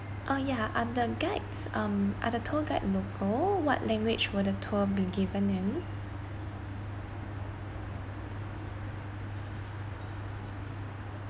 oh ya are the guides um are the tour guide local what language will the tour be given in